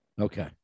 Okay